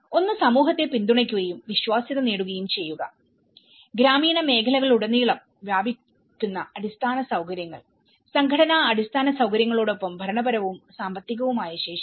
ഒന്ന് സമൂഹത്തെ പിന്തുണയ്ക്കുകയും വിശ്വാസ്യത നേടുകയും ചെയ്യുക ഗ്രാമീണ മേഖലകളിലുടനീളം വ്യാപിക്കുന്ന അടിസ്ഥാന സൌകര്യങ്ങൾ സംഘടനാ അടിസ്ഥാന സൌകര്യങ്ങളോടൊപ്പം ഭരണപരവും സാമ്പത്തികവുമായ ശേഷി